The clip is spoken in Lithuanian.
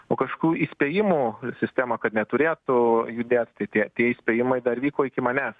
o kažkokių įspėjimų sistema kad neturėtų judėt tie tie įspėjimai dar vyko iki manęs